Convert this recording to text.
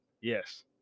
Yes